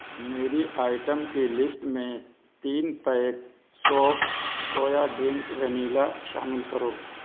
میری آئٹم کے لسٹ میں تین pack soft soya drink vanilla شامل کرو